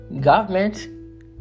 government